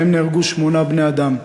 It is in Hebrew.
ובהן נהרגו שמונה בני-אדם.